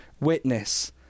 witness